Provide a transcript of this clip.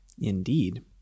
Indeed